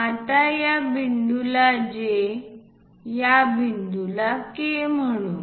आता या बिंदूला J या बिंदूला K म्हणू